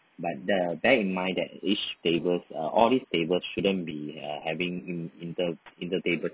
but the bear in mind that each tables uh all these tables shouldn't be uh having in inter~ inter table